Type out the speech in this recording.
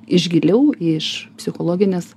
iš giliau iš psichologinės